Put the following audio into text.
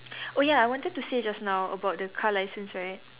oh ya I wanted to say just now about the car licence right